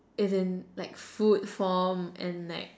as in like food form and like